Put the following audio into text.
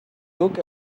look